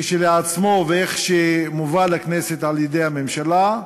כשלעצמו, וכמו שהוא מובא לכנסת על-ידי הממשלה,